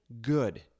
good